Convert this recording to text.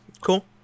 cool